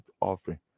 offering